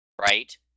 right